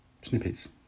snippets